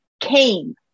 came